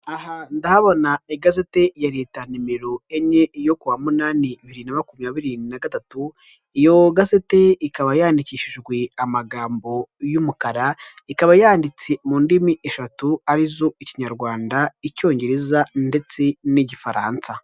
Ndahabona igazeti ya leta nimero enye yo kuwa munani bibiri na makumyabiri na gatatu, iyo gazete ikaba yandikishijwe amagambo y'umukara, ikaba yanditse mu ndimi eshatu arizo; ikinyarwanda, icyongereza ndetse n'igifaransa.